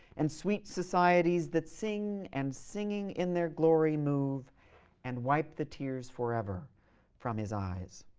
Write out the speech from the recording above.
and sweet societies that sing, and singing in their glory move and wipe the tears forever from his eyes.